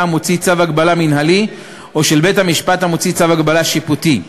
המוציא צו הגבלה מינהלי או של בית-המשפט המוציא צו הגבלה שיפוטי: